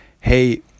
hey